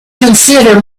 consider